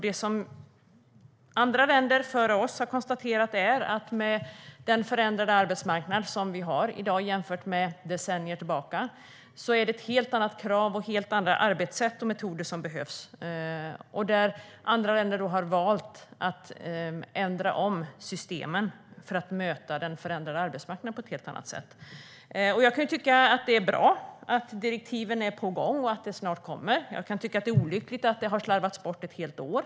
Det som andra länder före oss har konstaterat är att med den förändrade arbetsmarknad som vi har i dag jämfört med för några decennier sedan är det helt andra krav och helt andra arbetssätt och metoder som behövs. Där har andra länder valt att ändra systemen för att möta den förändrade arbetsmarknaden på ett helt annat sätt. Jag kan tycka att det är bra att direktiven är på gång och kommer snart. Men det är olyckligt att det har slarvats bort ett helt år.